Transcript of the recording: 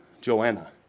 Joanna